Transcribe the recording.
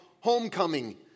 homecoming